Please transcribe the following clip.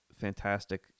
fantastic